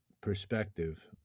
perspective